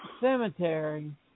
cemetery